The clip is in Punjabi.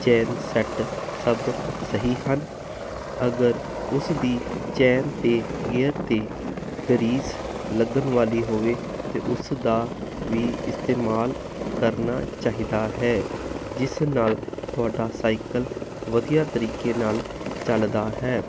ਚੈਨ ਸੈਟ ਸਭ ਸਹੀ ਹਨ ਅਗਰ ਉਸ ਦੀ ਚੈਨ 'ਤੇ ਗੇਅਰ 'ਤੇ ਗਰੀਸ ਲੱਗਣ ਵਾਲੀ ਹੋਵੇ ਅਤੇ ਉਸ ਦਾ ਵੀ ਇਸਤੇਮਾਲ ਕਰਨਾ ਚਾਹੀਦਾ ਹੈ ਜਿਸ ਨਾਲ ਤੁਹਾਡਾ ਸਾਈਕਲ ਵਧੀਆ ਤਰੀਕੇ ਨਾਲ ਚੱਲਦਾ ਹੈ